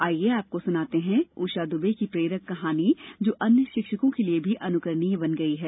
आइये आपको सुनाते हैं ऊषा दुबे की प्रेरक कहानी जो अन्य शिक्षकों के लिए भी अनुकरणीय बन गया है